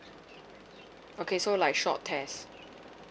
okay so like short test